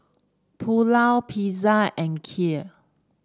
Pulao Pizza and Kheer